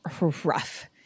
rough